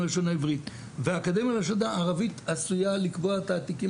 ללשון עברית והאקדמיה ללשון ערבית עשויה לקבוע תעתיקים